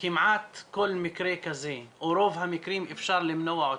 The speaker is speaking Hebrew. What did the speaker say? כמעט כל מקרה כזה או את רוב המקרים אפשר למנוע.